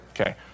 Okay